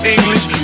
English